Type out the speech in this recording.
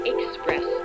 Express